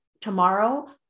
tomorrow